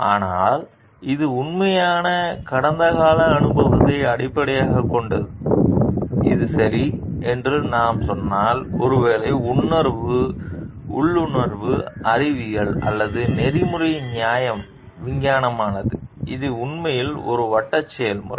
எனவே ஆனால் இது உண்மையான கடந்தகால அனுபவத்தை அடிப்படையாகக் கொண்டது இது சரி என்று நாம் சொன்னால் ஒருவேளை உள்ளுணர்வு அறிவியல் அல்ல நெறிமுறை நியாயம் விஞ்ஞானமானது இது உண்மையில் ஒரு வட்ட செயல்முறை